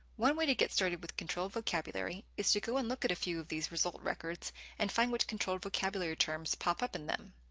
one way to get started with controlled vocabulary is to go and look at a few of these results records and find which controlled vocabulary terms pop up in them.